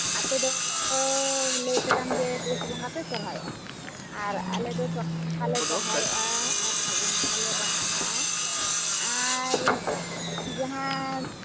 ᱟᱯᱮ ᱫᱚ ᱞᱟᱹᱭ ᱠᱮᱫᱟᱢ ᱡᱮ ᱯᱩᱥ ᱵᱚᱸᱜᱟ ᱯᱮ ᱥᱚᱨᱦᱟᱭᱚᱜᱼᱟ ᱟᱞᱮ ᱫᱚ ᱥᱚᱨᱦᱟᱭᱚᱜᱼᱟ ᱟᱨ ᱯᱷᱟᱹᱜᱩᱱ ᱵᱚᱸᱜᱟ ᱞᱮ ᱵᱟᱦᱟᱜᱼᱟ ᱟᱨ ᱡᱟᱦᱟᱸ